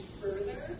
further